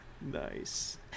Nice